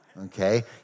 Okay